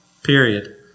Period